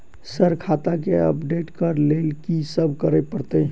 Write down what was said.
Sir खाता केँ update करऽ लेल की सब करै परतै?